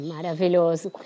Maravilhoso